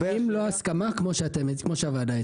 אם לא הסכמה, כמו שהוועדה הציעה.